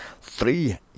three